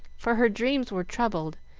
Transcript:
for her dreams were troubled,